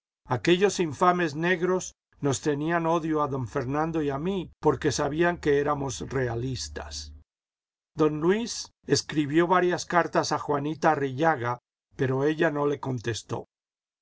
aquellos infames negros nos tenían odio a don fernando y a mí porque sabían que éramos realistas don luis escribió varias cartas a juanita arrillaga pero ella no le contestó